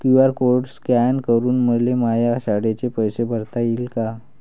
QR code scan करून मले माया शाळेचे पैसे भरता येईन का?